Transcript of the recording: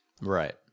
Right